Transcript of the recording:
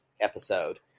episode